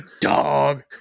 dog